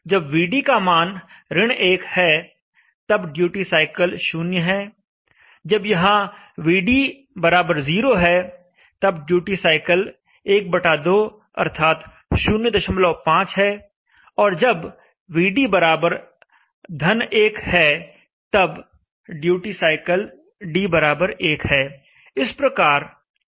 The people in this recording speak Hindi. जब Vd का मान 1 है तब ड्यूटी साइकल 0 है जब यहां Vd0 है तब ड्यूटी साइकिल ½ अर्थात 05 है और जब Vd 1 है तब ड्यूटी साइकिल d1 है